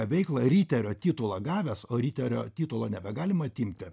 veiklą riterio titulą gavęs o riterio titulo nebegalima atimti